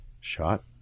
shot